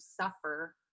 suffer